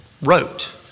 wrote